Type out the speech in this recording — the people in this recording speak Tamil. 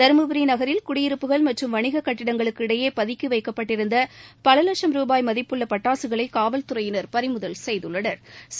தருமபுரி நகரில் குடியிருப்புகள் மற்றும் வணிக கட்டிடங்களுக்கு இடையே பதுக்கி வைக்கப்பட்டிருந்த பல லட்சும் ரூபாய் மதிப்புள்ள பட்டாசுகளை காவல்துறையினா் பறிமுதல் செய்துள்ளனா்